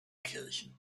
kirchen